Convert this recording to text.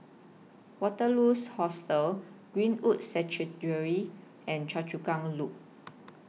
Waterloos Hostel Greenwood Sanctuary and Choa Chu Kang Loop